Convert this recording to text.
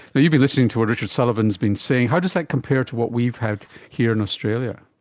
but you've been listening to what richard sullivan has been saying. how does that compare to what we've had here in australia?